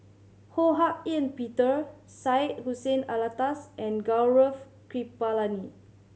Ho Hak Ean Peter Syed Hussein Alatas and Gaurav Kripalani